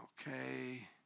Okay